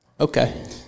okay